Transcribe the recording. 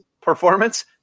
performance